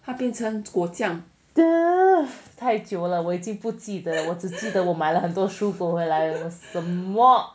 太久了我还记不记得我只记得我买了很多蔬果回来我什么